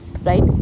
right